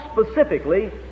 specifically